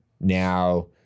now